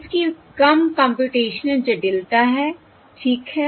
इसकी कम कम्प्यूटेशनल जटिलता है ठीक है